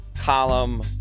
column